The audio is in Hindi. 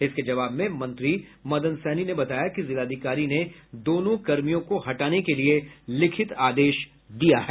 इसके जवाब में मंत्री मदन सहनी ने बताया कि जिलाधिकारी ने दोनों कर्मियों को हटाने के लिए लिखित आदेश दिया है